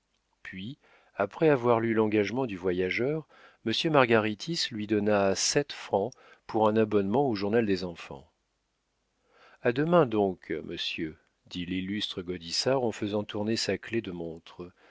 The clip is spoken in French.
puis après avoir lu l'engagement du voyageur monsieur margaritis lui donna sept francs pour un abonnement au journal des enfants a demain donc monsieur dit l'illustre gaudissart en faisant tourner sa clef de montre